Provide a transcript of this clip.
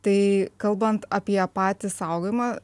tai kalbant apie patį saugojimą